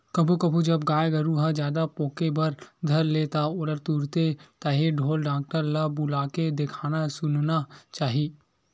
कभू कभू जब गाय गरु ह जादा पोके बर धर ले त ओला तुरते ताही ढोर डॉक्टर ल बुलाके देखाना सुनाना चाही